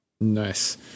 Nice